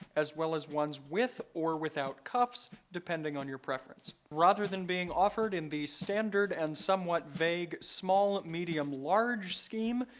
as well as ones with or without cuffs, depending on your preference. rather than being offered in the standard and somewhat vague small medium large scheme,